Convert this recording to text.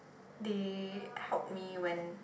they helped me when